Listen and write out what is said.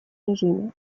режиме